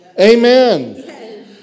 amen